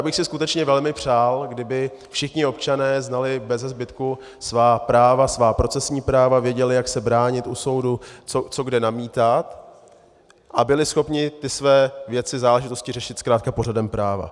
Já bych si skutečně velmi přál, kdyby všichni občané znali beze zbytku svá práva, svá procesní práva, věděli, jak se bránit u soudu, co kde namítat, a byli schopni ty své věci, záležitosti řešit zkrátka pořadem práva.